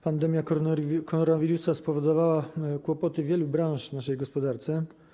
Pandemia koronawirusa spowodowała kłopoty wielu branż w naszej gospodarce.